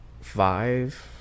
five